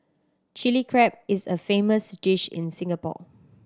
Chilli Crab is a famous dish in Singapore